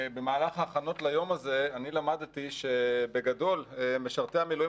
במהלך ההכנות ליום הזה למדתי שמשרתי המילואים